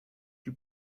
you